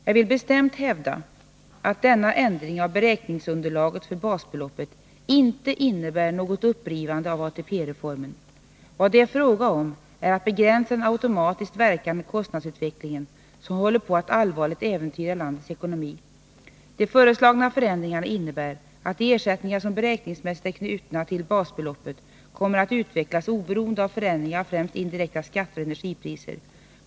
Jag vill bestämt hävda att denna ändring av beräkningsunderlaget för basbeloppet inte innebär något upprivande av ATP-reformen. Vad det är fråga om är att begränsa den automatiskt verkande kostnadsutvecklingen, som håller på att allvarligt äventyra landets ekonomi. De föreslagna förändringarna innebär att de ersättningar som beräkningsmässigt är anknutna till basbeloppet kommer att utvecklas oberoende av förändringar av främst indirekta skatter och energipriser.